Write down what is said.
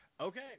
Okay